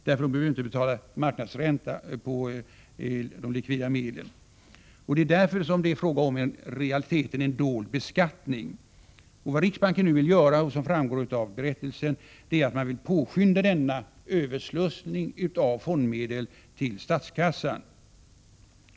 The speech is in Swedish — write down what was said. De behöver ju inte betala marknadsränta på de likvida medlen. Därför är det i realiteten fråga om en dold beskattning. Vad riksbanken nu vill göra och som framgår av berättelsen är att man vill påskynda denna överslussning av fondmedel till statskassan.